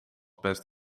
best